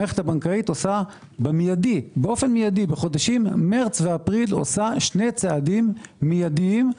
המערכת הבנקאית עושה מיידית במרס אפריל שני צעדים מיידיים: